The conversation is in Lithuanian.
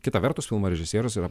kita vertus filmo režisierius yra